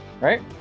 right